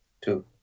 two